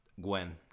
Gwen